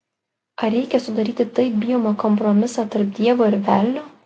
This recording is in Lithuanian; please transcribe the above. ar reikia sudaryti taip bijomą kompromisą tarp dievo ir velnio